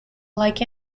like